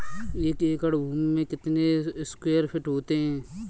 एक एकड़ भूमि में कितने स्क्वायर फिट होते हैं?